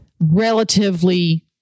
relatively